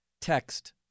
text